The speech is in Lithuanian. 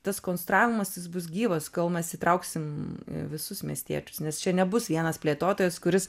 tas konstravimas jis bus gyvas kol mes įtrauksim visus miestiečius nes čia nebus vienas plėtotojas kuris